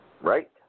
Right